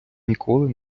ніколи